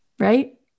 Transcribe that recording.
Right